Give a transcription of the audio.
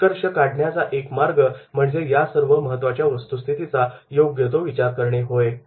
निष्कर्ष काढण्याचा एक मार्ग म्हणजे या सर्व महत्वाच्या वस्तुस्थितीचा योग्य तो विचार करणे होय